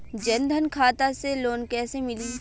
जन धन खाता से लोन कैसे मिली?